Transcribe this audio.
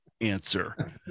answer